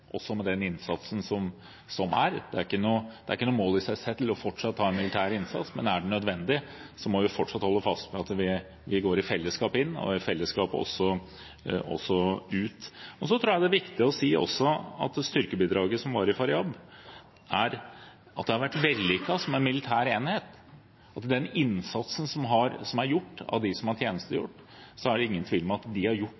også med den innsatsen som er. Det er ikke noe mål i seg selv fortsatt å ha en militær innsats, men er det nødvendig, må vi fortsatt holde fast ved at vi går i fellesskap inn og i fellesskap også ut. Så tror jeg det også er viktig å si at det styrkebidraget som var i Faryab, har vært vellykket som en militær enhet. Ser man på den innsatsen som er gjort av dem som har tjenestegjort, er det ingen tvil om at de har gjort